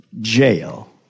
Jail